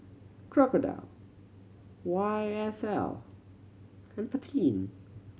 Crocodile Y S L Pantene